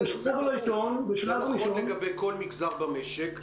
זה נכון לגבי כל מגזר במשק.